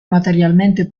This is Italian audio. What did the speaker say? materialmente